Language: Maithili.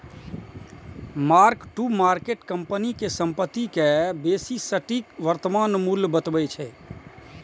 मार्क टू मार्केट कंपनी के संपत्ति के बेसी सटीक वर्तमान मूल्य बतबै छै